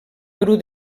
bru